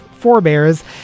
forebears